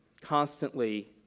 constantly